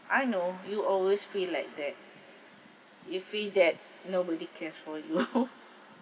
I know you always feel like that you feel that nobody cares for you